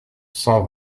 cent